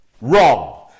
Wrong